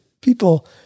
people